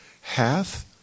hath